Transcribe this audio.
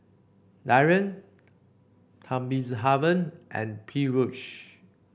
Dhyan Thamizhavel and Peyush